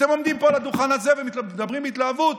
אתם עומדים פה, על הדוכן הזה, ומדברים בהתלהבות